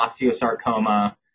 osteosarcoma